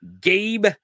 Gabe